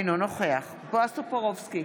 אינו נוכח בועז טופורובסקי,